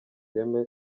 ireme